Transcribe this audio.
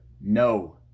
No